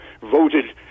voted